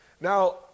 Now